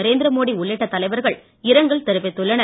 நரேந்திர மோடி உள்ளிட்ட தலைவர்கள் இரங்கல் தெரிவித்துள்ளனர்